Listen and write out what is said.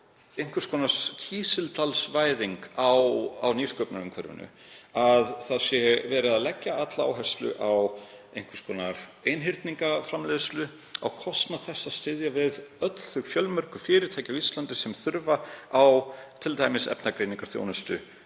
einhvers konar Kísildalsvæðing á nýsköpunarumhverfinu, að verið sé að leggja alla áherslu á einhvers konar einhyrningaframleiðslu á kostnað þess að styðja við öll þau fjölmörgu fyrirtæki á Íslandi sem þurfa á t.d. efnagreiningarþjónustu